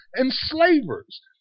enslavers